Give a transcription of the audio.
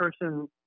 person